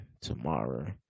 tomorrow